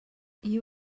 you